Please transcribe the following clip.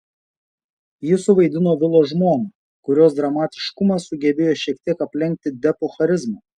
ji suvaidino vilo žmoną kurios dramatiškumas sugebėjo šiek tiek aplenkti depo charizmą